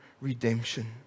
redemption